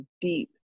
deep